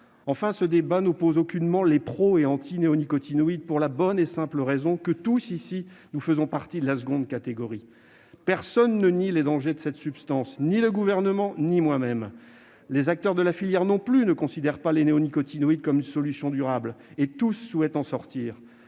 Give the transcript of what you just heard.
Enfin, ce débat n'oppose aucunement les « pro » et « anti » néonicotinoïdes, pour la bonne et simple raison que nous tous, ici, faisons partie de la seconde catégorie. Oh ! Personne ne nie les dangers de cette substance, ni le Gouvernement ni moi-même. Les acteurs de la filière ne considèrent pas davantage les néonicotinoïdes comme une solution durable : tous souhaitent en sortir.